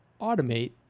automate